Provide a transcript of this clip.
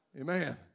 amen